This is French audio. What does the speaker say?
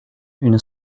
une